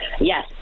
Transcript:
Yes